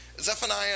Zephaniah